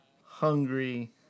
hungry